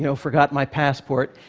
you know forgotten my passport,